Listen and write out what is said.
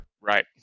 Right